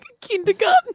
kindergarten